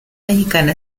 mexicana